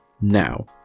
now